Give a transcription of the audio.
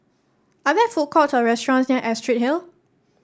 are there food courts or restaurants near Astrid Hill